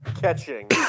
catching